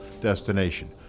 destination